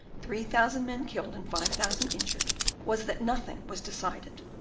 three thousand men killed and five thousand injured was that nothing was decided,